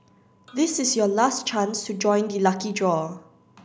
this is your last chance to join the lucky draw